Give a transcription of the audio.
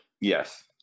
Yes